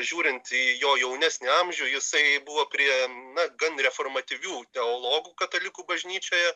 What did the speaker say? žiūrint į jo jaunesnį amžių jisai buvo prie na gan reformatyvių teologų katalikų bažnyčioje